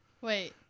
Wait